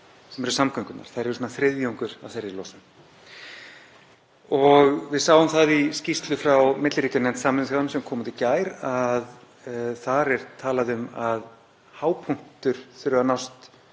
sem eru samgöngurnar. Þær eru svona þriðjungur af þeirri losun. Við sáum það í skýrslu frá milliríkjanefnd Sameinuðu þjóðanna sem kom út í gær að þar er talað um að hápunktur þurfi að nást